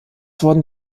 wurden